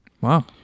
Wow